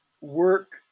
work